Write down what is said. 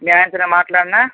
మీ ఆయనతో నేను మాట్లాడనా